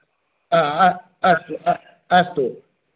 अस्तु अस्तु